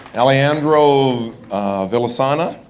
alejandro villasana,